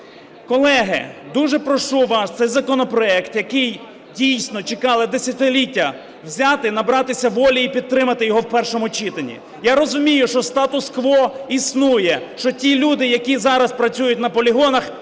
Колеги, дуже прошу вас, цей законопроект який дійсно чекали десятиліття, взяти, набратися волі і підтримати його в першому читанні. Я розумію, що статус-кво існує, що ті люди, які зараз працюють на полігонах,